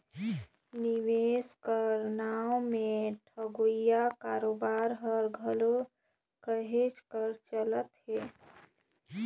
निवेस कर नांव में ठगोइया कारोबार हर घलो कहेच कर चलत हे